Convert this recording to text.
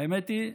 האמת היא,